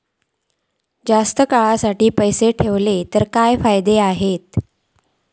जास्त काळासाठी पैसे ठेवले तर काय फायदे आसत?